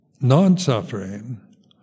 non-suffering